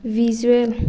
visual